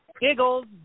Giggles